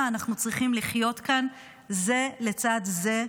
אנחנו צריכים לחיות כאן זה לצד זה,